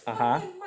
ah